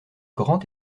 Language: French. grand